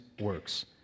works